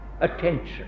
attention